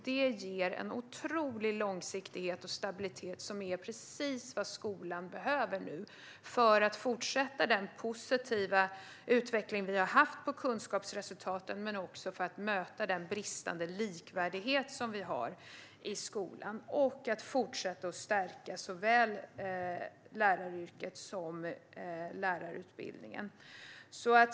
Det ger en otrolig långsiktighet och stabilitet som är precis vad skolan behöver nu för att fortsätta den positiva utveckling som vi har haft av kunskapsresultaten men också för att möta den bristande likvärdighet som vi har i skolan och för att fortsätta att stärka såväl läraryrket som lärarutbildningen.